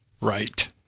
right